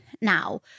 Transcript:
now